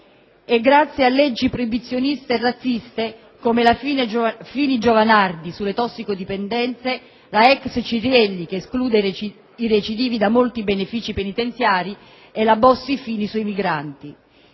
e grazie a leggi proibizioniste e razziste come la Fini-Giovanardi sulle tossicodipendenze, la ex Cirielli, che esclude i recidivi da molti benefici penitenziari, e la Bossi-Fini sui migranti.